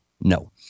no